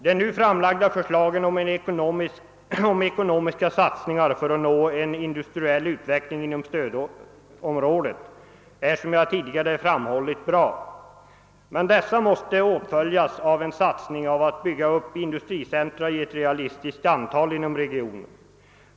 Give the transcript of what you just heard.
De nu framlagda förslagen om ekonomiska satsningar för att åstadkomma en industriell utveckling inom stödområdena är, som jag tidigare framhållit, bra, men dessa måste åtföljas av en satsning för att bygga upp industricentra i realistiskt antal inom regionen.